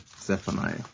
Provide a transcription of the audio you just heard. Zephaniah